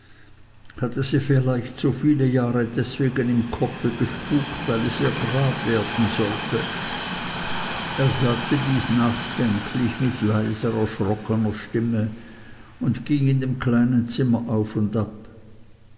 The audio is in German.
es ihr vielleicht so viele jahre deswegen im kopfe gespukt weil es ihr grab werden sollte er sagte dies nachdenklich mit leiser erschrockener stimme und ging in dem kleinen zimmer auf und ab